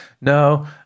No